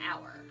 hour